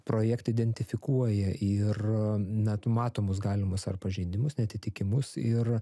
projektą identifikuoja ir nat numatomus galimus ar pažeidimus neatitikimus ir